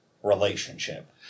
Relationship